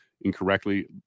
incorrectly